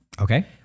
Okay